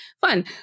fun